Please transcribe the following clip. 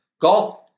golf